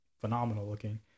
phenomenal-looking